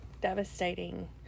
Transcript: devastating